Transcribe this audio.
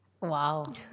Wow